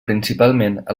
principalment